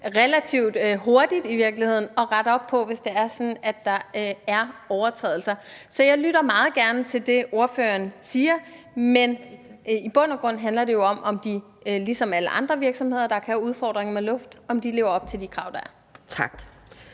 relativt hurtigt at rette op på det, hvis det er sådan, at der er overtrædelser. Så jeg lytter meget gerne til det, ordføreren siger, men i bund og grund handler det jo om, om de ligesom alle andre virksomheder, der kan have udfordringer med lugt, lever op til de krav, der er. Kl.